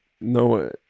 No